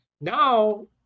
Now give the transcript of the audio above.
Now